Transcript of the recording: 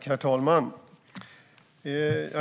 Herr talman!